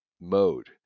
mode